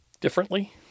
differently